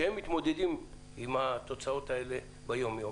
שהם מתמודדים עם התוצאות האלה ביום-יום